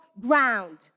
ground